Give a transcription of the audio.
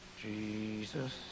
Jesus